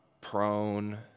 prone